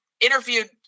interviewed